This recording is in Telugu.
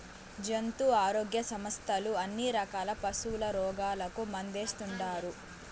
జంతు ఆరోగ్య సంస్థలు అన్ని రకాల పశుల రోగాలకు మందేస్తుండారు